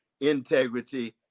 integrity